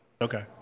Okay